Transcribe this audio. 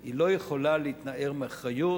היא לא יכולה להתנער מאחריות.